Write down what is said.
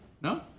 No